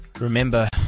Remember